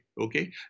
okay